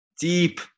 Deep